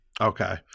Okay